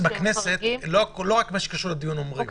שבכנסת לא אומרים רק מה שקשור לדיון?